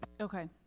Okay